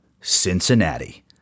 Cincinnati